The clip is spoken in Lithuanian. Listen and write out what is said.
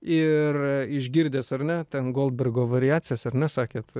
ir išgirdęs ar ne ten goldbergo variacijas ar nesakėt